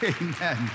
Amen